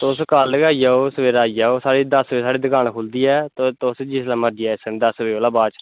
तो कल गै आई जाओ सवेरै आई जाओ साढ़ी द बजे साढ़ी दकान खुलदी तुस जिसलै मर्जी दस बजे दे बाद च